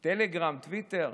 טלגרם, טוויטר,